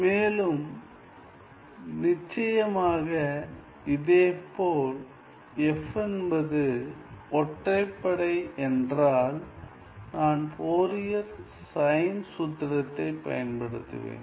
மேலும் நிச்சயமாக இதேபோல் f என்பது ஒற்றைப்படை என்றால் நான் ஃபோரியர் சைன் சூத்திரத்தைப் பயன்படுத்துவேன்